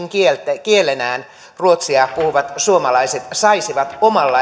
äidinkielenään ruotsia puhuvat suomalaiset saisivat omalla äidinkielellään palveluita kouluruotsilla